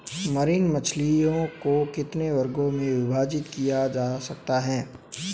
Marine मछलियों को कितने वर्गों में विभाजित किया जा सकता है?